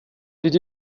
did